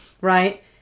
right